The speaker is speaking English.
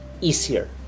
easier